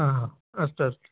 आहा अस्तु अस्तु